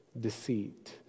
deceit